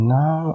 now